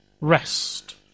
rest